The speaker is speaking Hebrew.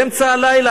באמצע הלילה,